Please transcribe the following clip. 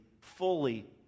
fully